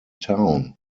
town